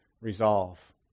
resolve